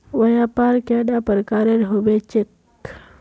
व्यापार कैडा प्रकारेर होबे चेक?